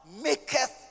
maketh